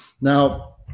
Now